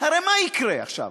הרי מה יקרה עכשיו?